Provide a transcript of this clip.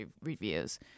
reviews